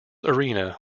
arena